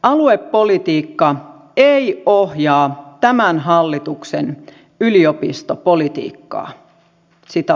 aluepolitiikka ei ohjaa tämän hallituksen yliopistopolitiikkaa